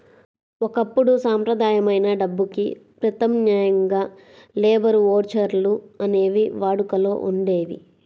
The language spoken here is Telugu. ఒకప్పుడు సంప్రదాయమైన డబ్బుకి ప్రత్యామ్నాయంగా లేబర్ ఓచర్లు అనేవి వాడుకలో ఉండేయి